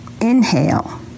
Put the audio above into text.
inhale